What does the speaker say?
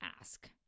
ask